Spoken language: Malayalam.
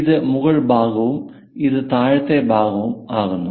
ഇത് മുകൾ ഭാഗവും ഇത് താഴത്തെ ഭാഗവും ആകുന്നു